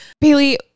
Bailey